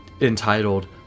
entitled